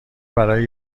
برای